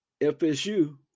FSU